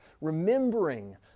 remembering